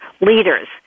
leaders